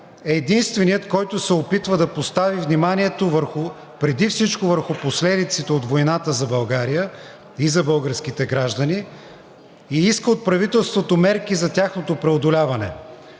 е единственият, който се опитва да постави вниманието преди всичко, върху последиците от войната за България и за българските граждани и иска от правителството мерки за тяхното преодоляване.